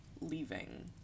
leaving